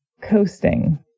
coasting